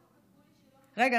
רגע,